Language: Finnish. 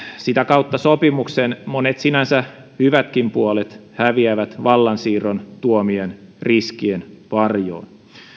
sitä kautta sopimuksen monet sinänsä hyvätkin puolet häviävät vallan siirron tuomien riskien varjoon